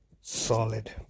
solid